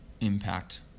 impact